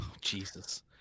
Jesus